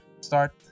start